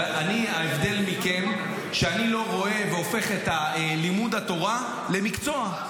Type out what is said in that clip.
אבל ההבדל מכם הוא שאני לא רואה והופך את לימוד התורה למקצוע.